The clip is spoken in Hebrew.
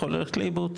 לאיבוד,